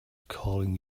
calling